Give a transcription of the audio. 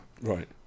Right